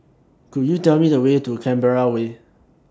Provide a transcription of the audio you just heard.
Could YOU Tell Me The Way to Canberra Way